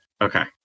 Okay